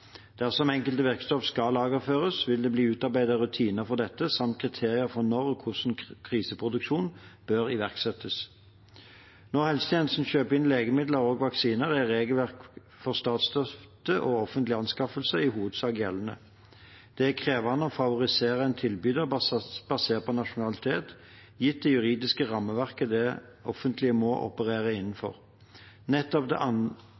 Dersom enkelte virkestoff skal lagerføres, vil det bli utarbeidet rutiner for dette samt kriterier for når og hvordan kriseproduksjon bør iverksettes. Når helsetjenesten kjøper inn legemidler og vaksiner, er regelverket for statsstøtte og offentlige anskaffelser i hovedsak gjeldende. Det er krevende å favorisere en tilbyder basert på nasjonalitet gitt det juridiske rammeverket det offentlige må operere innenfor. Nettopp det